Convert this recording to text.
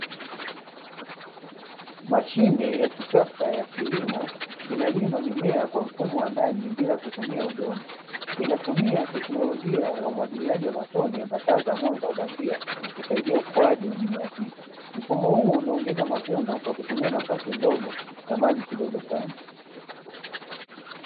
Mashine ya kisasa ya kilimo inalima mimea kwa mfumo wa ndani bila kutumia udongo, inatumia teknolojia ya umwagiliaji wa matone na taa za mwanga wa bandia husaidia ukuaji wa mimea hiyo. Mfumo huu unaongeza mavuno kwa kutumia nafasi ndogo na maji kidogo sana.